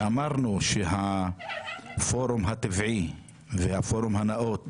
אמרנו שהפורום הטבעי והפורום הנאות